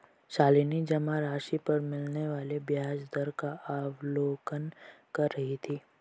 शालिनी जमा राशि पर मिलने वाले ब्याज दर का अवलोकन कर रही थी